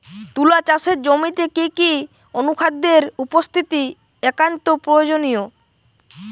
তুলা চাষের জমিতে কি কি অনুখাদ্যের উপস্থিতি একান্ত প্রয়োজনীয়?